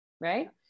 right